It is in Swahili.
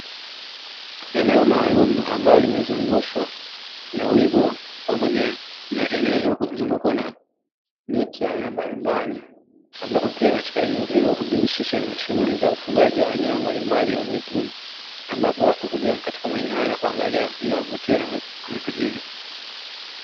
Eneo maalumu ambalo limezungushwa na wigo pamoja na eneo hilo kuzungukwa na miti ya aina mbalimbali, mbapo pia katika eneo hilo hujihusisha na shughuli za ufugaji wa wanyama mbalimbali wa mwituni, ambapo watu huja katika maeneo hayo na kuangalia ili wavutiwe na vitu hivyo.